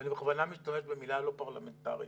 ואני בכוונה משתמש במילה לא פרלמנטרית.